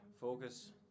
Focus